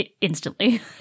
instantly